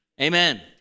Amen